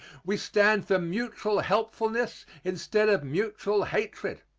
we stand for mutual helpfulness instead of mutual hatred.